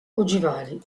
ogivali